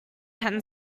ten